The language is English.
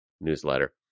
newsletter